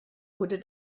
wurde